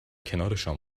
کنارشان